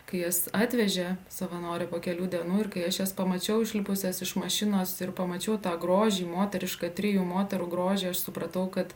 kai jas atvežė savanorė po kelių dienų ir kai aš jas pamačiau išlipusias iš mašinos ir pamačiau tą grožį moterišką trijų moterų grožį aš supratau kad